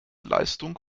leistung